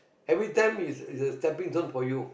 every time is a stepping stone for you